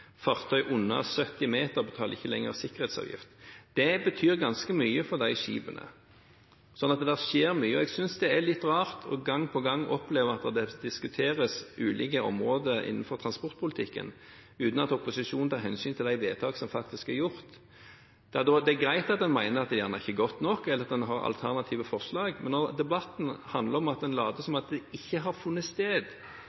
Fartøy under 70 meter betaler ikke lenger sikkerhetsavgift. Det betyr ganske mye for de skipene. Så det skjer mye, og jeg synes det er litt rart gang på gang å oppleve at det diskuteres ulike områder innenfor transportpolitikken uten at opposisjonen tar hensyn til de vedtak som faktisk er fattet. Det er greit at en mener at det gjerne ikke er godt nok, eller at en har alternative forslag, men når debatten handler om at en later som at det